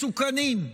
מסוכנים.